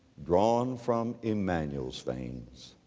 drawn from emmanuel's veins